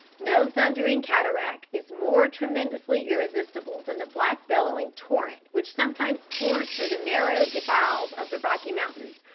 no thundering cataract is more tremendously irresistible than the black bellowing torrent which sometimes pours through the narrow defiles of the rocky mountains,